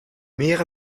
meer